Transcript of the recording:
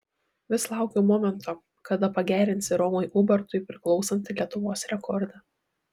vis laukiu momento kada pagerinsi romui ubartui priklausantį lietuvos rekordą